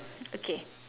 okay